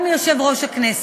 גם מיושב-ראש הכנסת.